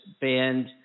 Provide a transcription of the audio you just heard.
banned